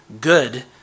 good